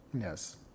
Yes